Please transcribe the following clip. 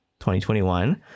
2021